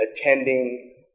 attending